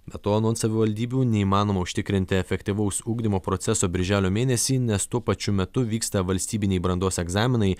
be to anot savivaldybių neįmanoma užtikrinti efektyvaus ugdymo proceso birželio mėnesį nes tuo pačiu metu vyksta valstybiniai brandos egzaminai